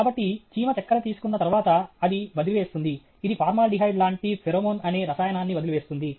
కాబట్టి చీమ చక్కెర తీసుకున్న తరువాత అది వదిలివేస్తుంది ఇది ఫార్మాల్డిహైడ్ లాంటి ఫెరోమోన్ అనే రసాయనాన్ని వదిలివేస్తుంది